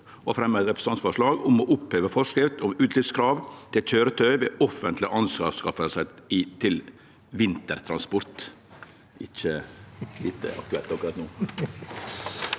å fremje eit representantforslag om å oppheve forskrift om utsleppskrav til køyretøy ved offentleg anskaffing til vegtransport.